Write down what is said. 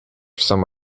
some